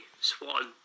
Swan